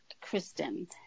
Kristen